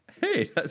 Hey